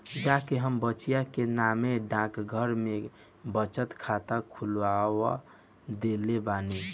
जा के हम बचिया के नामे डाकघर में बचत खाता खोलवा देले बानी